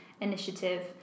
initiative